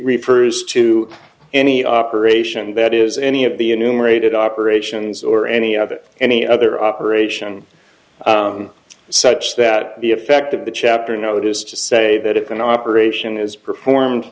refers to any operation that is any of the enumerated operations or any of it any other operation such that the effect of the chapter no that is to say that if an operation is performed